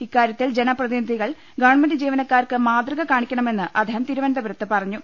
ഇക്കാര്യത്തിൽ ജനപ്രതിനിധികൾ ഗവൺമെന്റ് ജീവനക്കാർക്ക് മാതൃക കാണിക്കണമെന്ന് അദ്ദേഹം തിരുവനന്തപുരത്ത് പറഞ്ഞു